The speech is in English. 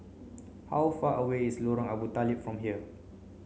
how far away is Lorong Abu Talib from here